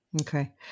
Okay